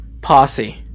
Posse